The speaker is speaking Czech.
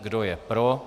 Kdo je pro?